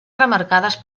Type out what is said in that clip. remarcades